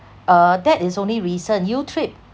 uh that is only recent new trip